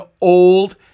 old